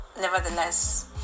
nevertheless